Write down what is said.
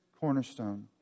cornerstone